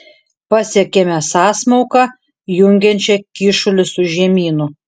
pasiekėme sąsmauką jungiančią kyšulį su žemynu